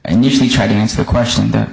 and usually try to answer the question that